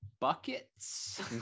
Buckets